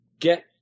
Get